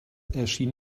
erschien